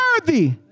worthy